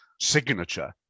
signature